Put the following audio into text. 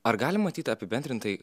ar galim matyt apibendrintai